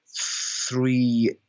three